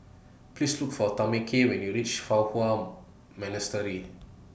Please Look For Tameka when YOU REACH Fa Hua Monastery